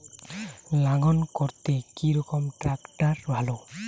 লাঙ্গল করতে কি রকম ট্রাকটার ভালো?